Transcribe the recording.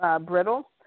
Brittle